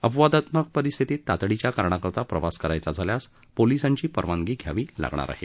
अपवादात्मक परिस्थितीत तातडीच्या कारणाकरता प्रवास करायचा झाल्यास पोलिसांची परवानगी घ्यावी लागणार आहे